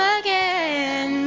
again